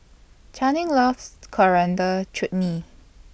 Channing loves Coriander Chutney